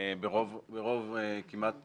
ברוב כמעט